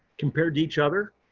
compared each other.